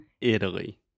Italy